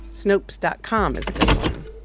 snopes dot com is a good one.